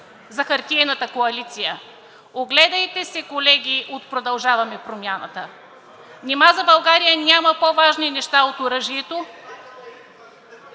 за хартиената коалиция, огледайте се, колеги, от „Продължаваме Промяната“ нима за България няма по-важни неща от оръжието?